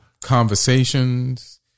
Conversations